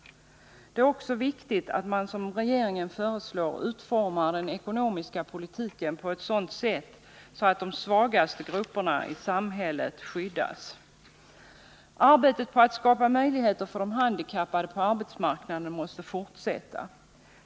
Det är också viktigt att, som regeringen föreslog, utforma den ekonomiska politiken på ett sådant sätt att de svagaste grupperna i samhället skyddas. Arbetet på att skapa möjligheter för de handikappade på arbetsmarknaden måste fortsätta.